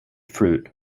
fruit